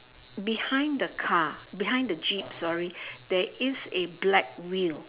behind the car behind the jeep sorry there is a black wheel